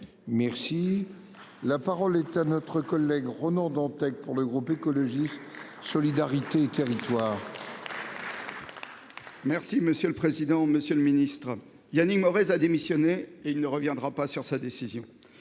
Merci la parole est à notre collègue Ronan Dantec. Pour le groupe écologiste solidarité et territoires. Merci monsieur le président, Monsieur le Ministre Yannick Morez a démissionné et il ne reviendra pas sur sa décision.